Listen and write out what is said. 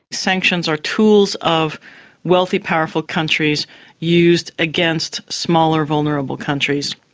sanctions are tools of wealthy, powerful countries used against smaller, vulnerable countries.